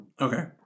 Okay